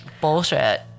bullshit